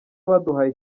baduhaye